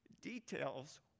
Details